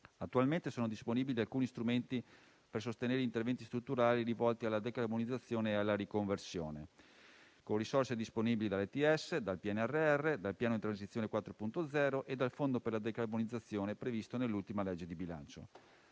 Attualmente sono disponibili alcuni strumenti per sostenere interventi strutturali rivolti alla decarbonizzazione e alla riconversione, con risorse disponibili dall'Emission trading scheme (ETS), dal PNRR, dal Piano di transizione 4.0 e dal Fondo per la decarbonizzazione previsto nell'ultima legge di bilancio.